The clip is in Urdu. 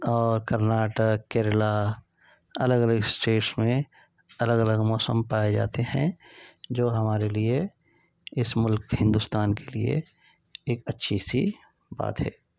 اور کرناٹک کیرلا الگ الگ اسٹیٹس میں الگ الگ موسم پائے جاتے ہیں جو ہمارے لیے اس ملک ہندوستان کے لیے ایک اچھی سی بات ہے